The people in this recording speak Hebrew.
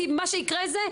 כי מה שיקרה זה,